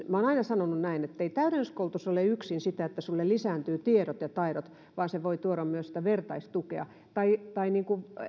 minä olen aina sanonut näin että ei täydennyskoulutus ole yksin sitä että sinulla lisääntyvät tiedot ja taidot vaan se voi tuoda myös vertaistukea tai tai